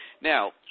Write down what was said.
Now